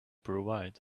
provide